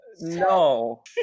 No